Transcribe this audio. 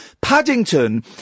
Paddington